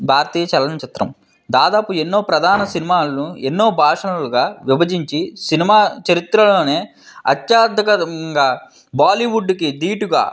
భారతీయ చలనచిత్రం దాదాపు ఎన్నో ప్రధాన సినిమాలను ఎన్నో భాషలుగా విభజించి సినిమా చరిత్రలోనే అత్యధికంగా బాలీవుడ్కి దీటుగా